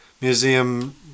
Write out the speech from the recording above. museum